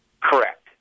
Correct